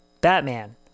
Batman